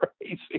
crazy